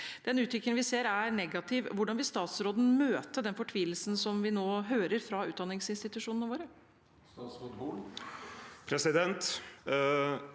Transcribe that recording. Den utviklingen vi ser, er negativ. Hvordan vil statsråden møte den fortvilelsen som vi nå hører fra utdanningsinstitusjonene våre?